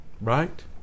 right